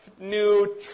new